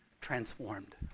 transformed